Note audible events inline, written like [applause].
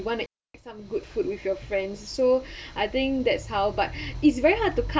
wanna eat some good food with your friends so [breath] I think that's how but [breath] it's very hard to cut